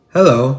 Hello